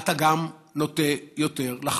אתה גם נוטה יותר לחלות.